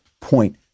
point